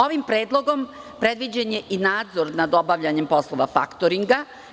Ovim predlogom predviđen je i nadzor nad obavljanjem poslova faktoringa.